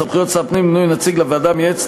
סמכויות שר הפנים למינוי נציג לוועדה המייעצת